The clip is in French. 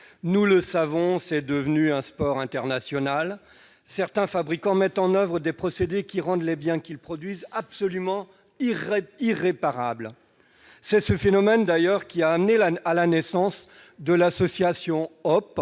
Nous le savons, c'est devenu un sport international : certains fabricants mettent en oeuvre des procédés qui rendent les biens qu'ils produisent absolument irréparables. C'est ce phénomène qui a amené la naissance de l'association Halte